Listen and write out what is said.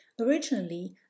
Originally